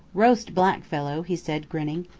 roast black fellow, he said grinning.